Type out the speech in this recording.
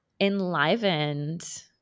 enlivened